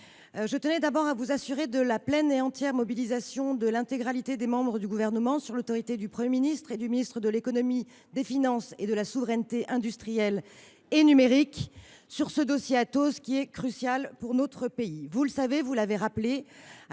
je tiens tout d’abord à vous assurer de la pleine et entière mobilisation de l’intégralité des membres du Gouvernement, sous l’autorité du Premier ministre et du ministre de l’économie, des finances et de la souveraineté industrielle et numérique, sur le dossier Atos, crucial pour notre pays. Comme vous l’avez rappelé,